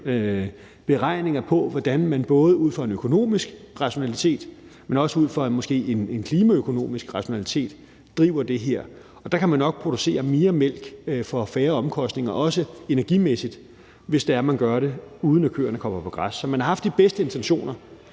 beregninger på, hvordan man både ud fra en økonomisk rationalitet, men måske også ud fra en klimaøkonomisk rationalitet driver det her. Der kan man nok producere mere mælk for færre omkostninger – også energimæssigt – hvis man gør det, uden at køerne kommer på græs. Så man har haft de bedste intentioner.